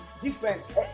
difference